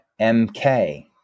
MK